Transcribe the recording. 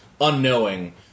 unknowing